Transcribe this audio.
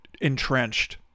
entrenched